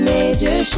Major